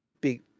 big